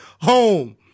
home